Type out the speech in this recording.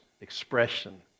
expression